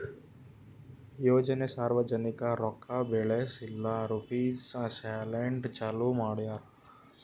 ಯೋಜನೆ ಸಾರ್ವಜನಿಕ ರೊಕ್ಕಾ ಬೆಳೆಸ್ ಇಲ್ಲಾ ರುಪೀಜ್ ಸಲೆಂದ್ ಚಾಲೂ ಮಾಡ್ಯಾರ್